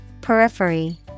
Periphery